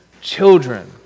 children